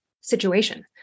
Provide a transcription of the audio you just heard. situation